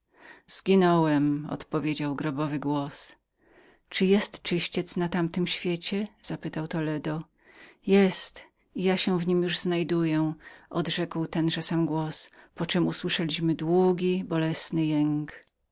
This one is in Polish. zginąłeś zginąłem odpowiedział grobowy głos czy jest czyściec na tamtym świecie zapytał toledo jest i ja w nim już siedzę odrzekł tenże sam głos poczem usłyszeliśmy długi bolesny jęk